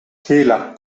hela